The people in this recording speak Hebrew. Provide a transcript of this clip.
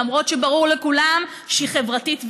למרות שברור לכולם שהיא חברתית וראויה.